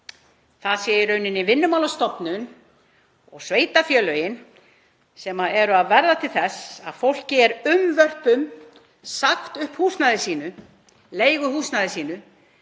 það sé í rauninni Vinnumálastofnun og sveitarfélögin sem eru að verða til þess að fólki er unnvörpum sagt upp húsnæði sínu, leiguhúsnæði sínu,